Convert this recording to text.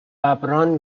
ﺑﺒﺮﺍﻥ